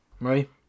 right